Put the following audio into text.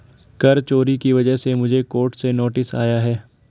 कर चोरी की वजह से मुझे कोर्ट से नोटिस आया है